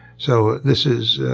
so this is,